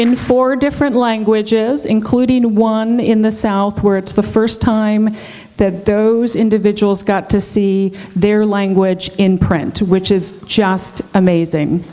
in four different languages including one in the south where it's the first time that those individuals got to see their language in print to which is just amazing